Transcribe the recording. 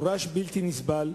הרעש בלתי נסבל.